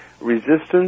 Resistance